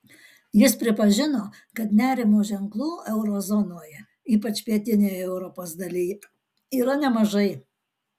jis pripažino kad nerimo ženklų euro zonoje ypač pietinėje europos dalyje yra nemažai